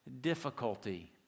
difficulty